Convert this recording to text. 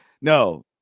No